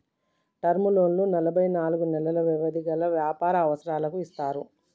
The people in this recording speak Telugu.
టర్మ్ లోన్లు ఎనభై నాలుగు నెలలు వ్యవధి గల వ్యాపార అవసరాలకు ఇస్తారు